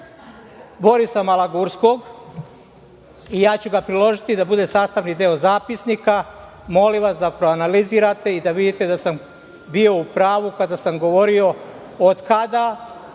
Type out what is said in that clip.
Borisa Malagurskog i ja ću ga priložiti da bude sastavni deo zapisnika. Molim vas da analizirate i da vidite da sam bio u pravu kada sam govorio od kada